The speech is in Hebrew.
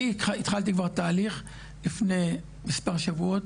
אני התחלתי כבר תהליך לפני מספק שבועות